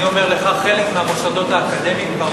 אני אומר לך: חלק מהמוסדות האקדמיים כבר